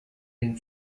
den